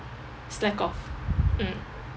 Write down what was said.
slack off mm